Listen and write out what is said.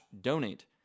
donate